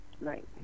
Right